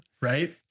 Right